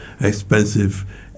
expensive